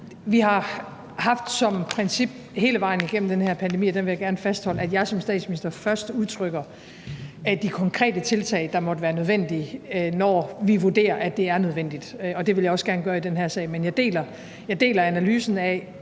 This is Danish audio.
Vi har haft som princip hele vejen igennem den her pandemi, og det vil jeg gerne fastholde, at jeg som statsminister først udtrykker de konkrete tiltag, der måtte være nødvendige, når vi vurderer, at det er nødvendigt. Og det vil jeg også gerne gøre i den her sag. Men jeg deler analysen af,